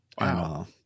Wow